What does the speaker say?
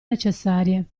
necessarie